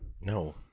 No